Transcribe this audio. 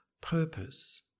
purpose